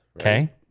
okay